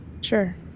sure